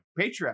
Patreon